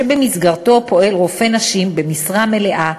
שבמסגרתו פועל רופא נשים במשרה מלאה,